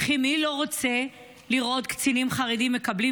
וכי מי לא רוצה לראות קצינים חרדים מקבלים